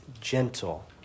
gentle